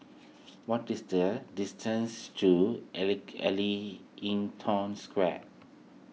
what is the distance to Ellington Square